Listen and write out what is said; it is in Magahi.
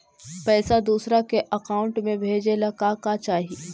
पैसा दूसरा के अकाउंट में भेजे ला का का चाही?